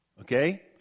Okay